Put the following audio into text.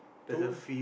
tools